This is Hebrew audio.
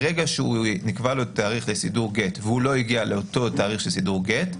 ברגע שנקבע לו תאריך לסידור גט והוא לא הגיע לאותו תאריך של סידור גט,